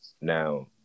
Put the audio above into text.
Now